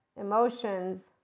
emotions